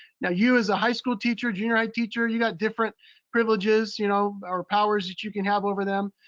now you, as a high school teacher, junior high teacher, you've got different privileges you know or powers that you can have over them.